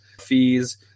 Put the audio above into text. fees